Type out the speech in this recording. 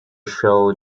show